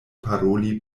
paroli